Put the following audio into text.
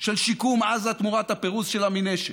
של שיקום עזה תמורת הפירוז שלה מנשק.